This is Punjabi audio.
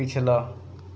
ਪਿਛਲਾ